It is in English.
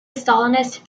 stalinist